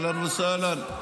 אהלן וסהלן,